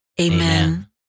Amen